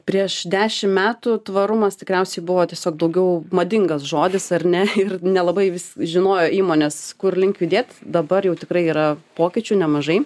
prieš dešim metų tvarumas tikriausiai buvo tiesiog daugiau madingas žodis ar ne ir nelabai žinojo įmonės kur link judėt dabar jau tikrai yra pokyčių nemažai